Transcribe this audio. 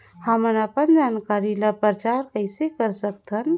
हमन अपन जानकारी ल प्रचार कइसे कर सकथन?